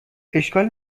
اشکال